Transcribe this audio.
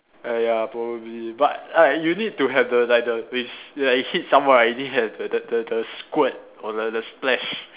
ah ya probably but uh you need to have the like the s~ like you hit somewhere right you need to have the the the squirt or the the splash